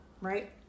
right